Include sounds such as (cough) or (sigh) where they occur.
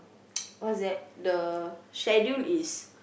(noise) what's that the schedule is